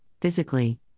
physically